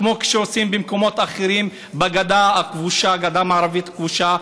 כמו שעושים במקומות אחרים בגדה המערבית הכבושה.